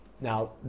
Now